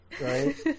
Right